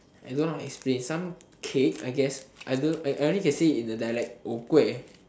I don't know how to explain it's some cake I guess I don't know I I only can say it in the dialect orh kueh